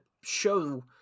show